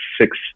six